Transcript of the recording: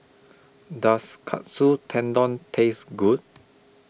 Does Katsu Tendon Taste Good